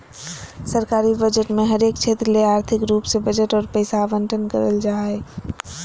सरकारी बजट मे हरेक क्षेत्र ले आर्थिक रूप से बजट आर पैसा आवंटन करल जा हय